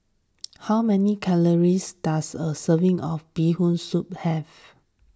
how many calories does a serving of Bee Hoon Soup have